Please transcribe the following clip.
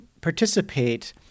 participate